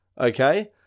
Okay